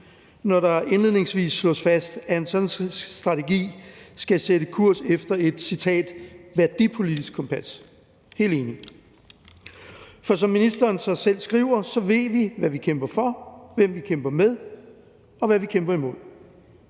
når der indledningsvis slås fast, at en sådan strategi skal sætte kurs efter et – citat – værdipolitisk kompas. Helt enig. For som ministeren selv skriver, ved vi, hvad vi kæmper for, hvem vi kæmper med, og hvad vi kæmper imod.